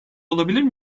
olabilir